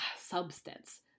substance